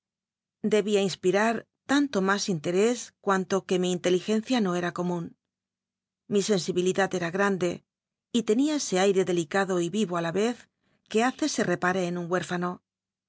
debia inspirar tanto mas interés cuanto que mi inteligencia no era comun mi sensibilidad era grande y tenia ese rire delicado y yi o á la ycz c ue hace se repare en un huérfano